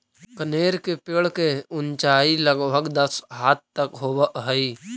कनेर के पेड़ के ऊंचाई लगभग दस हाथ तक होवऽ हई